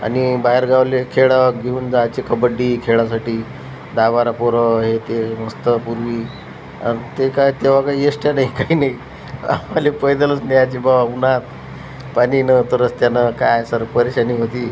आणि बाहेरगावाला खेळ घेऊन जायचे कबड्डी खेळासाठी दहा बारा पोरं हे ते मस्त पूर्वी ते काय तेव्हा काय येश्ट्या नाही काही नाही आम्हाला पैदलच न्यायचे बा उन्हात पाणी नव्हतं रस्त्यानं काय सर परेशानी होती